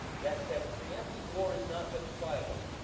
that said pre-emptive war is not justifiable.